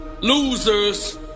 Losers